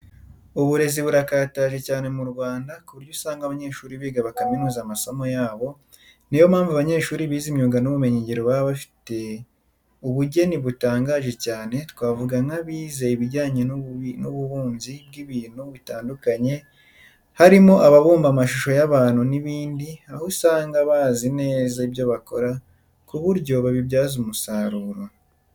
Uburezi burakataje cyane mu Rwanda ku buryo usanga abanyeshuri biga bakaminuza amasomo yabo, ni yo mpamvu abanyeshuri bize imyuga n'ubumenyingiro baba bafite ubugeni butangaje cyane twavuga nk'abize ibijyanye n'ububumbyi bw'ibintu bitandukanye, harimo ababumba amashusho y'abantu n'ibindi, aho usanga bazi neza ibyo bakora ku buryo babibyaza umusaruro.